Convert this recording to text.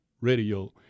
radio